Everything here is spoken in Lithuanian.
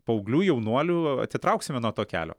paauglių jaunuolių atitrauksime nuo to kelio